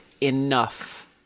enough